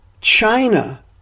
China